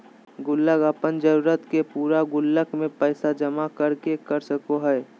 गुल्लक अपन जरूरत के पूरा गुल्लक में पैसा जमा कर के कर सको हइ